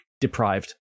deprived